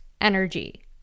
energy